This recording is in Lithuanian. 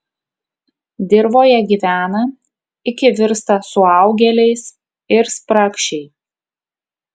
dirvoje gyvena iki virsta suaugėliais ir spragšiai